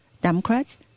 Democrats